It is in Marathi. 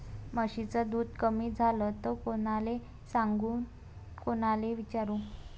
म्हशीचं दूध कमी झालं त कोनाले सांगू कोनाले विचारू?